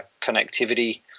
connectivity